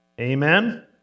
Amen